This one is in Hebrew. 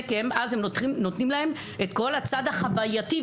אז הם נותנים להם את כל הצד החווייתי.